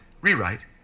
rewrite